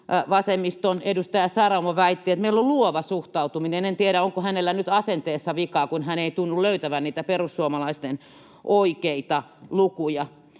vasemmiston edustaja Saramo väitti, että meillä on luova suhtautuminen. En tiedä, onko hänellä nyt asenteessa vikaa, kun hän ei tunnu löytävän niitä perussuomalaisten oikeita lukuja.